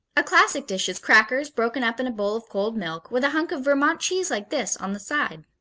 a classic dish is crackers, broken up in a bowl of cold milk, with a hunk of vermont cheese like this on the side.